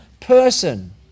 person